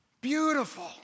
Beautiful